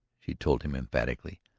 she told him emphatically,